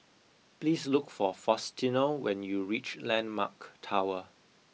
please look for Faustino when you reach Landmark Tower